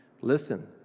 listen